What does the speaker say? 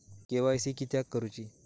KYC किदयाक करूची?